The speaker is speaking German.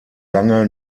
lange